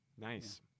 Nice